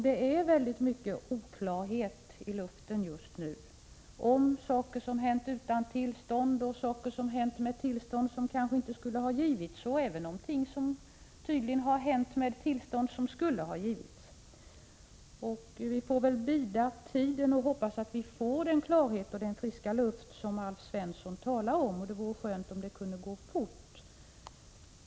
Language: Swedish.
Det är mycket oklarhet i luften just nu, om saker som har hänt utan tillstånd och om saker som har hänt med tillstånd som kanske inte skulle ha givits. Tydligen har något hänt även med tillstånd som skulle ha givits. Vi får väl bida tiden och hoppas att vi får den klarhet och den friska luft som Alf Svensson talar om. Det vore skönt om det kunde gå fort.